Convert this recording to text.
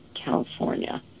California